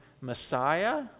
Messiah